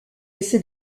essaie